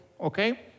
okay